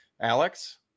alex